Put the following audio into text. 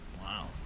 Wow